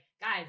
guys